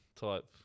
type